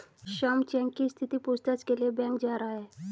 Shyam cheque की स्थिति के पूछताछ के लिए बैंक जा रहा है